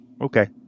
okay